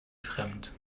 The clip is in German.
fremd